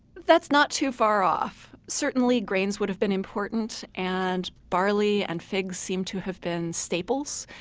that's not too far off. certainly grains would have been important, and barley and figs seemed to have been staples.